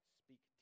speak